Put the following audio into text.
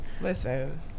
Listen